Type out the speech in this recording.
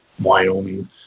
Wyoming